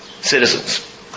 Citizens